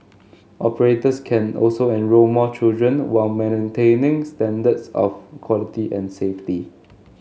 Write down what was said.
operators can also enrol more children while maintaining standards of quality and safety